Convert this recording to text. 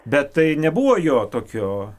bet tai nebuvo jo tokio